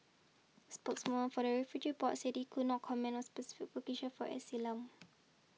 spokeswoman for the refugee board said it could not comment on specific for asylum